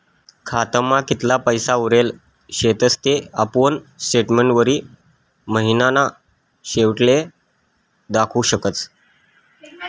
खातामा कितला पैसा उरेल शेतस ते आपुन स्टेटमेंटवरी महिनाना शेवटले दखु शकतस